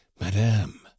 Madame